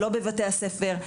לא בבתי הספר.